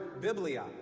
Biblia